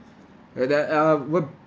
right that uh would